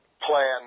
plan